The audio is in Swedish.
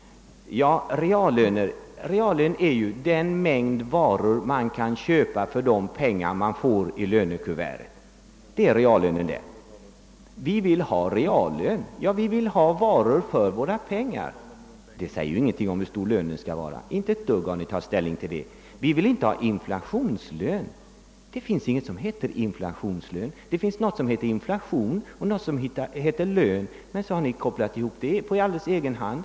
— Med begreppet reallön avses den mängd varor man kan köpa för de pengar man får i lönekuvertet. När ni säger att ni vill ha reallön betyder det alltså att ni vill ha varor för pengarna. Det säger ingenting om hur stor lönen skall vara. Till det har ni inte alls tagit ställning. Herr Berglund säger att ni inte vill ha inflationslöner. Det finns ingenting som heter inflationslön. Det finns något som heter inflation och något som heter lön, men herr Berglund har kopplat ihop dessa ord på alldeles egen hand.